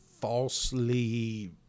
falsely